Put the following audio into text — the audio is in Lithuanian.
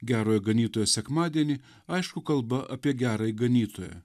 gerojo ganytojo sekmadienį aišku kalba apie gerąjį ganytoją